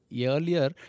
earlier